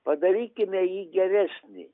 padarykime jį geresnį